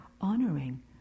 honoring